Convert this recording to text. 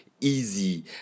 easy